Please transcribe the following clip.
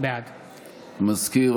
בעד המזכיר,